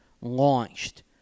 launched